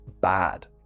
bad